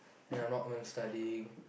then I'm not going to studying